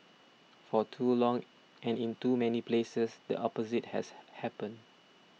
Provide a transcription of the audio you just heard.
for too long and in too many places the opposite has happened